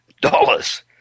dollars